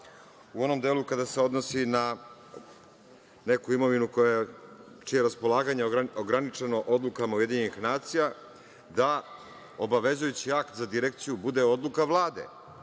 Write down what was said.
u onom delu kada se odnosi na neku imovinu čije je raspolaganje ograničeno odlukama UN, da obavezujući akt za Direkciju bude odluka Vlade.